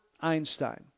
Einstein